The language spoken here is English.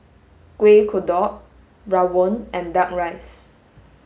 Kueh Kodok Rawon and duck rice